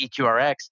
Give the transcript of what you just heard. EQRX